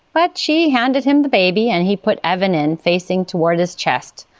but she handed him the baby, and he put evan in, facing towards his chest.